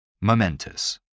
Momentous